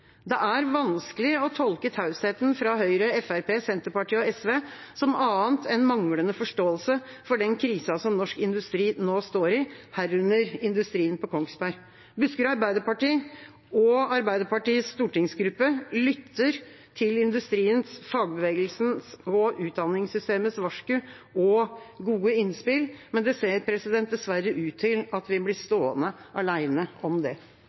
Det er vanskelig å tolke tausheten fra Høyre, Fremskrittspartiet, Senterpartiet og SV som annet enn manglende forståelse for den krisa som norsk industri nå står i, herunder industrien på Kongsberg. Buskerud Arbeiderparti og Arbeiderpartiets stortingsgruppe lytter til industriens, fagbevegelsens og utdanningssystemets varsku og gode innspill. Men det ser dessverre ut til at vi blir stående alene om det.